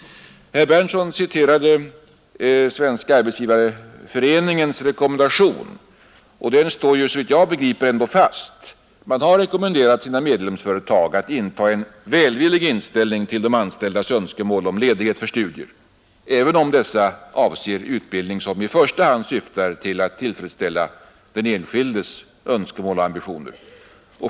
Herr Berndtson i Linköping citerade Svenska arbetsgivareföreningens rekommendation, och den står ju såvitt jag begriper ändå fast. Man har rekommenderat sina medlemsföretag att inta en välvillig inställning till de anställdas önskemål om ledighet för studier, även om dessa avser utbildning som i första hand syftar till att tillfredsställa den enskildes önskemål och ambitioner.